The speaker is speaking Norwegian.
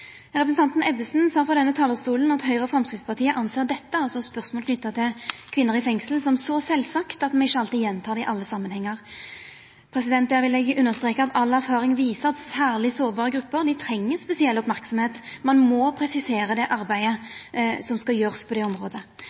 Representanten Ebbesen sa frå denne talarstolen at Høgre og Framstegspartiet ser på dette, altså spørsmål knytte til kvinner i fengsel, som så sjølvsagt at dei ikkje alltid gjentek det i alle samanhengar. Då vil eg understreka at all erfaring viser at særlege sårbare grupper treng spesiell merksemd, ein må presisera det arbeidet som skal gjerast på det området.